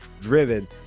driven